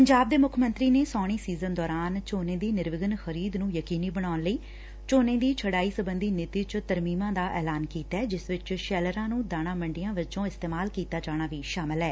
ਪੰਜਾਬ ਦੇ ਮੁੱਖ ਮੰਤਰੀ ਨੇ ਸਾਉਣੀ ਸੀਜ਼ਨ ਦੌਰਾਨ ਝੋਨੇ ਦੀ ਨਿਰਵਿਘਨ ਖਰੀਦ ਨੰ ਯਕੀਨੀ ਬਣਾਉਣ ਲਈ ਝੋਨੇ ਦੀ ਛੜਾਈ ਸਬੰਧੀ ਨੀਤੀ ਚ ਤਰਮੀਮਾਂ ਦਾ ਐਲਾਨ ਕੀਤੈ ਜਿਸ ਵਿਚ ਸ਼ੈਲਰਾਂ ਨੂੰ ਦਾਣਾ ਮੰਡੀਆਂ ਵਜੋਂ ਇਸਤੇਮਾਲ ਕੀਤਾ ਜਾਣਾ ਵੀ ਸ਼ਾਮਲ ਐ